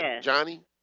Johnny